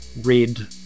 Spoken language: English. red